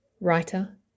writer